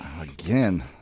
again